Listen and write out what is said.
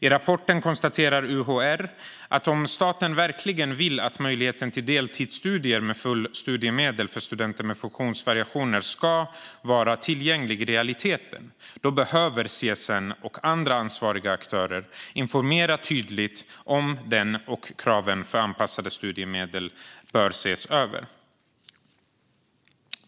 I rapporten konstaterar UHR att om staten verkligen vill att möjligheten till deltidsstudier med fullt studiemedel för studenter med funktionsvariationer ska vara tillgänglig i realiteten behöver CSN och andra ansvariga aktörer informera tydligt om denna möjlighet och kraven för anpassade studiemedel ses över.